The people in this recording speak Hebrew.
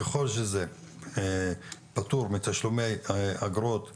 ככל שזה פתור מתשלומי אגרות ומסיים,